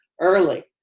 early